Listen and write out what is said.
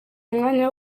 umwanya